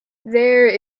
there